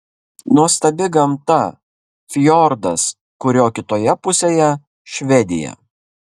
nuostabi gamta fjordas kurio kitoje pusėje švedija